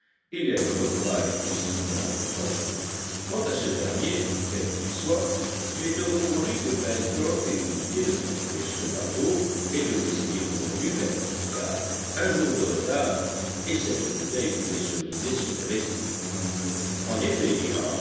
il y a eu naufrage puisqu'il y a un naufragé quant à ce dernier quel qu'il soit il est heureux pour lui que pencroff ait eu l'idée de construire ce bateau et de l'essayer aujourd'hui même car un jour de retard et cette bouteille pouvait se briser sur les récifs en effet